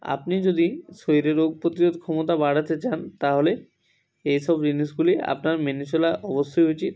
আপনি যদি শরীরে রোগ প্রতিরোধ ক্ষমতা বাড়াতে চান তাহলে এই সব জিনিসগুলি আপনার মেনে চলা অবশ্যই উচিত